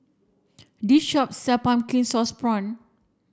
this shop sells pumpkin sauce prawns